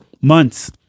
months